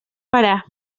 parar